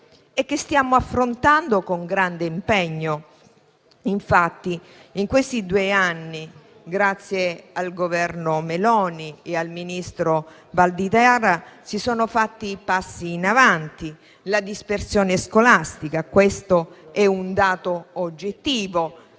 che stiamo affrontando con grande impegno. Negli ultimi due anni, grazie al Governo Meloni e al ministro Valditara, si sono fatti passi in avanti. La dispersione scolastica - questo è un dato oggettivo